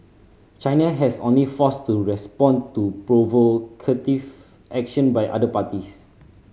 China has only forced to respond to provocative action by other parties